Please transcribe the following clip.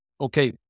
okay